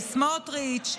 לסמוטריץ',